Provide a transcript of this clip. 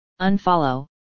unfollow